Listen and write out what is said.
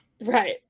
Right